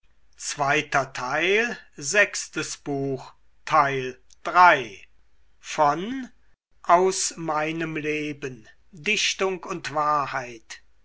leben dichtung und wahrheit